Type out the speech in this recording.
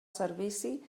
servici